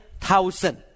thousand